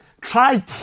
try